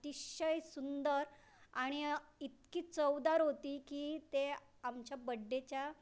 अतिशय सुंदर आणि इतकी चवदार होती की ते आमच्या बड्डेच्या